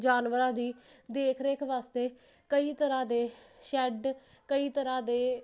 ਜਾਨਵਰਾਂ ਦੀ ਦੇਖਰੇਖ ਵਾਸਤੇ ਕਈ ਤਰਹਾਂ ਦੇ ਸ਼ੈਡ ਕਈ ਤਰਹਾਂ ਦੇ